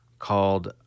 Called